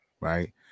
right